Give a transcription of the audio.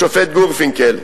השופט גורפינקל: